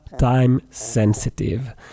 time-sensitive